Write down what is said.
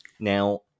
Now